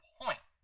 point